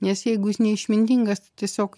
nes jeigu jis neišmintingas tiesiog